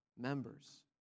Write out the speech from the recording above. members